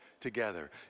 together